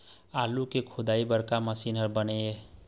आलू के खोदाई बर का मशीन हर बने ये?